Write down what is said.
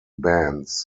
bands